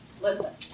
Listen